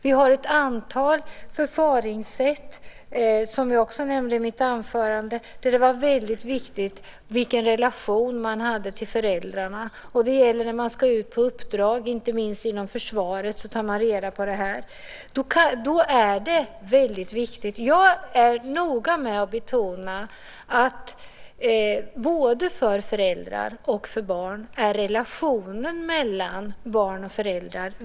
Vi har ett antal förfaringssätt, som jag också nämnde i mitt anförande, där det är väldigt viktigt vilken relation man har till föräldrarna. Det gäller när man ska ut på uppdrag, inte minst inom försvaret tar man reda på detta. Då är det väldigt viktigt. Jag är noga med att betona att relationen mellan barn och föräldrar är väldigt viktig för både barn och föräldrar.